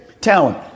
talent